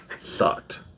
sucked